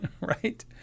right